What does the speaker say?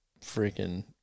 freaking –